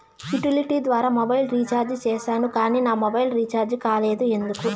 Utility ద్వారా mobile recharge సేసాను కానీ నా మొబైల్ రీచార్జి కాలేదు ఎందుకు?